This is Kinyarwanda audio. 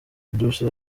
edouce